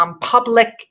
public